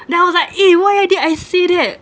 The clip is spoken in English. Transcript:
then I was like eh why I did I say that